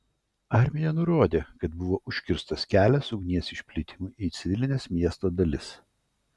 armija nurodė kad buvo užkirstas kelias ugnies išplitimui į civilines miesto dalis